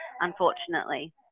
unfortunately